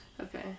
okay